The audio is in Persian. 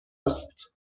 است